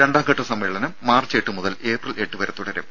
രണ്ടാം ഘട്ട സമ്മേളനം മാർച്ച് എട്ട് മുതൽ ഏപ്രിൽ എട്ട് വരെ തുടരും